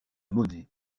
monnaie